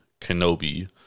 Kenobi